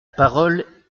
parole